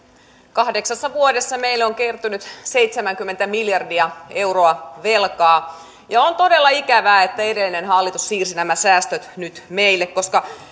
kahdeksassa vuodessa meille on kertynyt seitsemänkymmentä miljardia euroa velkaa ja on todella ikävää että edellinen hallitus siirsi nämä säästöt nyt meille koska